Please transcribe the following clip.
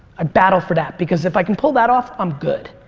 i battle for that because if i can pull that off, i'm good.